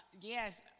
yes